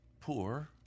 poor